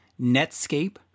Netscape